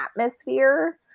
atmosphere